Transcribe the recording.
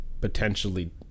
potentially